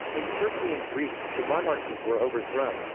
in turkey and greece, the monarchies were overthrown.